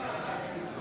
בהצבעה משה